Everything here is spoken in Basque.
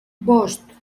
bost